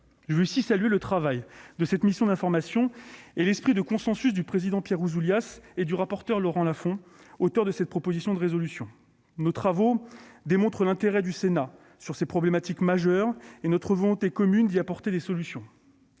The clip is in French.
Je veux ici saluer le travail de cette mission d'information et l'esprit de consensus de son président, Pierre Ouzoulias, et de son rapporteur, Laurent Lafon, auteur de cette proposition de résolution. Nos travaux démontrent l'intérêt du Sénat pour ces problématiques majeures et notre volonté commune d'y apporter des solutions.